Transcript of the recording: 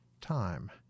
time